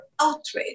outrage